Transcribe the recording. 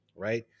right